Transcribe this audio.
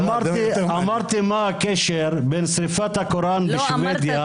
אמרתי מה הקשר בין שריפת הקוראן בשבדיה --- לא אמרת,